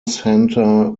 santa